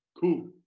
Cool